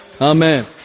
Amen